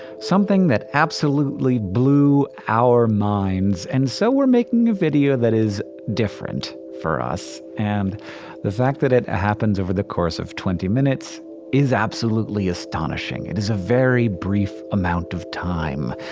something that absolutely blew our minds. and so we're making a video that is different for us. and the fact that it happens over the course of twenty minutes is absolutely astonishing, it is a very brief amount of time.